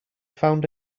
found